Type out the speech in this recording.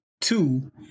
Two